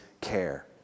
care